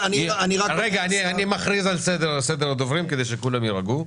רגע, אני מכריז על סדר הדוברים כדי שכולם יירגעו.